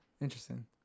Interesting